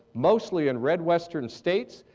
mostly in red western states,